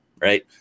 right